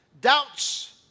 doubts